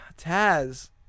Taz